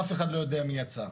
אף אחד לא יודע מי יצא,